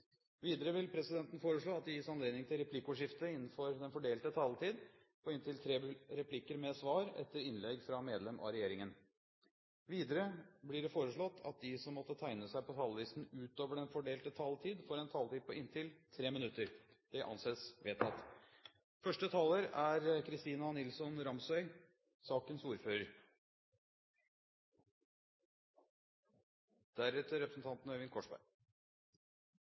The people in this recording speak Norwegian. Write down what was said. Videre vil presidenten foreslå at det gis anledning til replikkordskifte på inntil fem replikker med svar etter innlegg fra medlem av regjeringen innenfor den fordelte taletid. Videre blir det foreslått at de som måtte tegne seg på talerlisten utover den fordelte taletid, får en taletid på inntil 3 minutter. – Det anses vedtatt. Første taler er